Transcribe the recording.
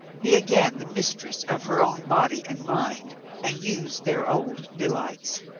be again the mistress of her own body and mind and use their old delights.